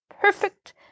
perfect